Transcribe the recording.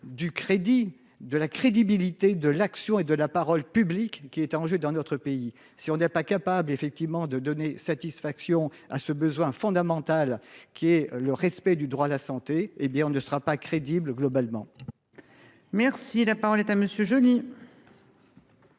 du crédit de la crédibilité de l'action et de la parole publique qui est dans notre pays, si on n'est pas capable effectivement de donner satisfaction à ce besoin fondamental qui est le respect du droit à la santé, hé bien on ne sera pas crédible globalement.-- Merci la parole est à monsieur Johnny.